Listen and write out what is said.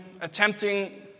attempting